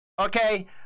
okay